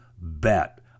bet